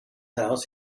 house